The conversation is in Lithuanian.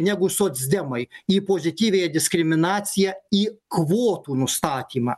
negu socdemai į pozityviąją diskriminaciją į kvotų nustatymą